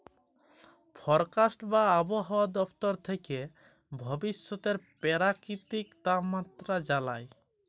forecast বা আবহাওয়া দপ্তর থ্যাকে ভবিষ্যতের পেরাকিতিক তাপমাত্রা জালায়